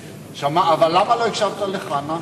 למה לא הקשבת לחבר הכנסת סוייד?